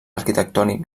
arquitectònic